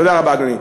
תודה רבה, אדוני.